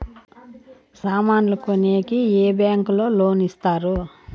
సామాన్లు కొనేకి ఏ బ్యాంకులు లోను ఇస్తారు?